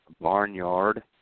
Barnyard